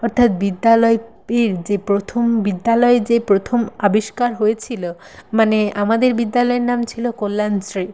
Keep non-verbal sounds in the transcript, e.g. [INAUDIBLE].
অর্থাৎ বিদ্যালয়ে [UNINTELLIGIBLE] যে প্রথম বিদ্যালয়ে যে প্রথম আবিষ্কার হয়েছিল মানে আমাদের বিদ্যালয়ের নাম ছিল কল্যাণশ্রী